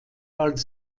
als